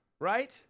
right